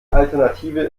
alternative